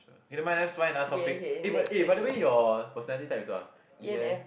K never mind let's find another topic eh but eh by the way your personality type is what ah E_N